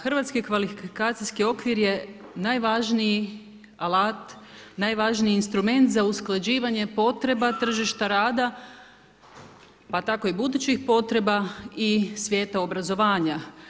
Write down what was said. Hrvatski kvalifikacijski okvir je najvažniji alat, najvažniji instrument za usklađivanje potreba tržišta rada pa tako i budućih potreba i svijeta obrazovanja.